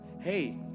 hey